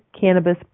cannabis